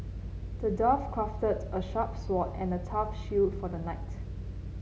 the dwarf crafted a sharp sword and a tough shield for the knight